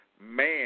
man